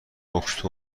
اکتبر